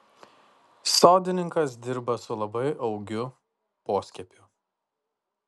sodininkas dirba su labai augiu poskiepiu